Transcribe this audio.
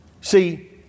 See